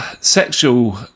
sexual